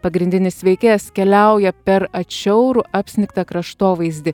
pagrindinis veikėjas keliauja per atšiaurų apsnigtą kraštovaizdį